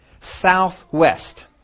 southwest